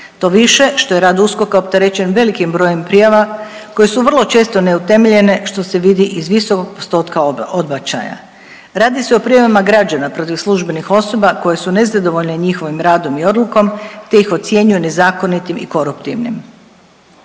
to više što je rad USKOK-a opterećen velikim brojem prijava koje su vrlo često neutemeljene što se vidi iz visokog postotka odbačaja. Radi se o prijavama građana protiv službenih osoba koje su nezadovoljne njihovim radom i odlukom te ih ocjenjuju nezakonitim i koruptivnim.